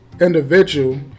individual